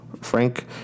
Frank